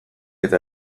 eta